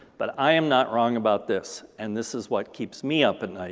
but i am not wrong about this, and this is what keeps me up at night.